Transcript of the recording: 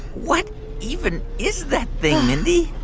what even is that thing, mindy?